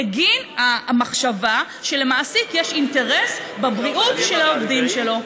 בגין המחשבה שלמעסיק יש אינטרס בבריאות של העובדים שלו.